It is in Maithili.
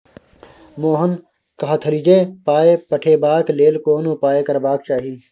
मोहन कहलथि जे पाय पठेबाक लेल कोन उपाय करबाक चाही